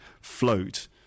float